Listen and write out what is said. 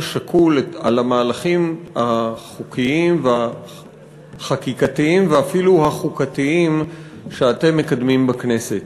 שקול על המהלכים החוקיים והחקיקתיים ואפילו החוקתיים שאתם מקדמים בכנסת.